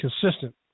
consistent